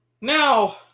Now